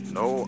no